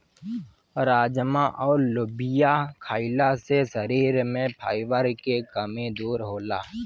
राजमा अउर लोबिया खईला से शरीर में फाइबर के कमी दूर होला